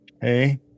Hey